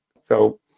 So-